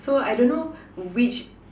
so I don't know which